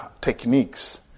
techniques